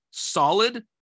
solid